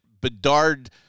Bedard